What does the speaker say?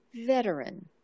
Veteran